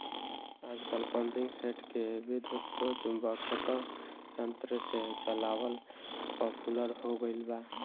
आजकल पम्पींगसेट के विद्युत्चुम्बकत्व यंत्र से चलावल पॉपुलर हो गईल बा